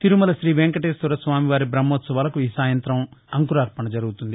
తిరుమల శ్రీ వేంకటేశ్వరస్వామి వారి బహ్మాత్సవాలకు ఈ సాయంకాలం అంకురార్పణ జరుగుతుంది